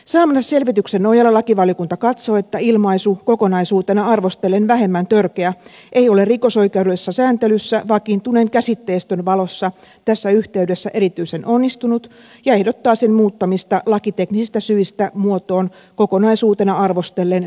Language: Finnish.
saamansa selvityksen nojalla lakivaliokunta katsoo että ilmaisu kokonaisuutena arvostellen vähemmän törkeä ei ole rikosoikeudellisessa sääntelyssä vakiintuneen käsitteistön valossa tässä yhteydessä erityisen onnistunut ja ehdottaa sen muuttamista lakiteknisistä syistä muotoon kokonaisuutena arvostellen vähemmän vakava